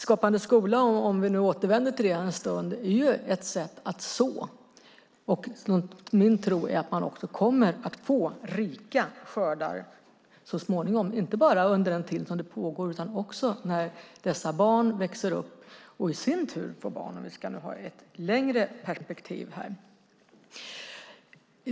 Skapande skola, för att nu återvända till det en stund, är ett sätt att så, och min tro är att man också kommer att få rika skördar så småningom, inte bara under den tid som det pågår utan också när dessa barn växer upp och i sin tur får barn. Vi ska väl ha ett längre perspektiv här.